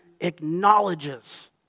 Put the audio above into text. acknowledges